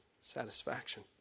satisfaction